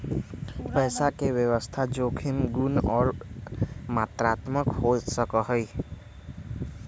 पैसा के व्यवस्था जोखिम गुण और मात्रात्मक हो सका हई